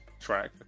track